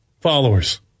followers